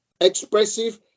expressive